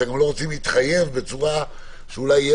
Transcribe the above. אתם לא רוצים להתחייב בצורה שאולי יהיה